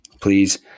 please